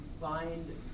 find